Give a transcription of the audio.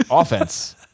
offense